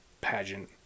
pageant